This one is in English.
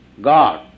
God